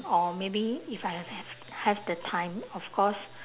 or maybe if I have have have the time of course